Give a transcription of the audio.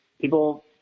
people